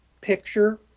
picture